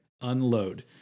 Unload